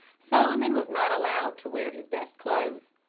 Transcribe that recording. solomon was not allowed to wear his best clothes.